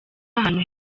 ahantu